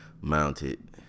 mounted